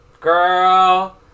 Girl